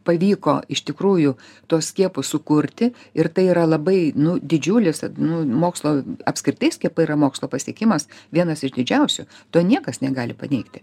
pavyko iš tikrųjų tuos skiepus sukurti ir tai yra labai nu didžiulis nu mokslo apskritai skiepai yra mokslo pasiekimas vienas iš didžiausių to niekas negali paneigti